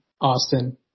Austin